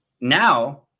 now